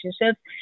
relationships